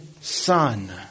son